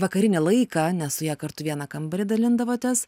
vakarinį laiką nes su ja kartu vieną kambarį dalindavotės